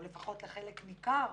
או לפחות לחלק ניכר.